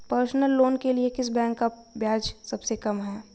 Personal loan के लिए किस बैंक का ब्याज सबसे कम है?